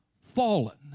fallen